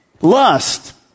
Lust